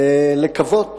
ולקוות